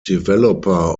developer